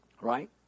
Right